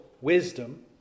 wisdom